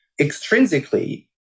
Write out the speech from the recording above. extrinsically